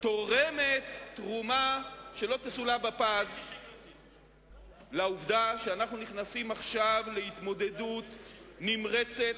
תורמת תרומה שלא תסולא בפז לעובדה שאנחנו נכנסים עכשיו להתמודדות נמרצת,